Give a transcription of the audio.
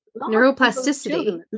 neuroplasticity